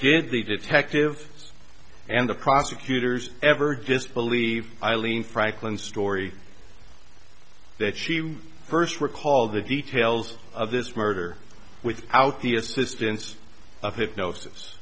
did the detectives and the prosecutors ever just believe eileen franklin story that she first recalled the details of this murder without the assistance of hypnosis